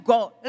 God